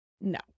No